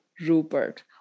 Rupert